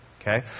Okay